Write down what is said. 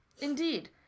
Indeed